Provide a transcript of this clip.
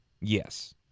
Yes